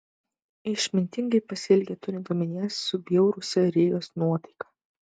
išmintingai pasielgė turint omenyje subjurusią rėjos nuotaiką